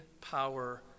power